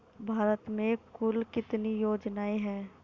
भारत में कुल कितनी योजनाएं हैं?